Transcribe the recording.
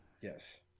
Yes